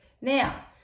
Now